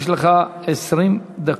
יש לך 20 דקות.